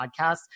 podcast